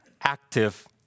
active